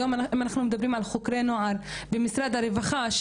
אם אנחנו מדברים על חוקרי נוער במשרד הרווחה,